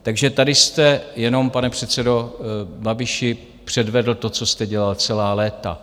Takže tady jste jenom, pane předsedo Babiši, předvedl to, co jste dělal celá léta.